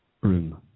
room